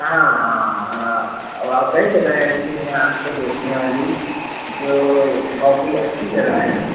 हाँ हाँ हाँ वहाँ कई जगह ऐसी हैं आपको देखने वाली जो बहुत ही अच्छी जगहें हैं